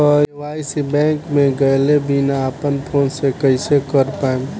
KYC bank मे गएले बिना अपना फोन से कइसे कर पाएम?